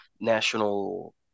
National